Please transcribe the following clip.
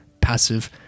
passive